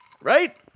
Right